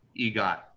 egot